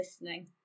listening